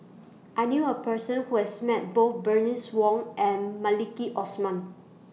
I knew A Person Who has Met Both Bernice Wong and Maliki Osman